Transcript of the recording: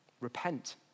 Repent